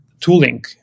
Tooling